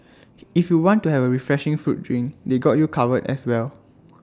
if you want to have A refreshing fruit drink they got you covered as well